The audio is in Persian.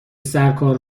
سرکار